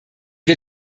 wir